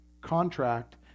contract